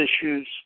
issues